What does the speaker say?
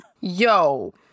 Yo